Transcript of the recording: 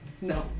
No